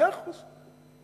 מאה אחוז,